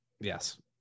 Yes